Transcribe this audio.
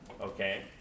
Okay